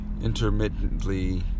intermittently